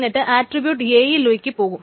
എന്നിട്ട് attribute A യിലേക്കു പോകും